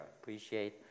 Appreciate